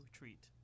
treat